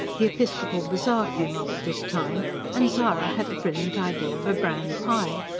the episcopal bazaar came off at this time and zara had the brilliant idea of a bran-pie.